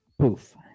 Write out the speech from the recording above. poof